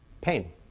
pain